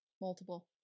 Multiple